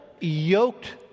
yoked